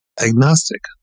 agnostic